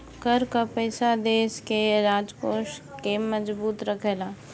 कर कअ पईसा देस के राजकोष के मजबूत रखेला